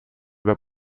über